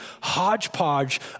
hodgepodge